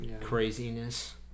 craziness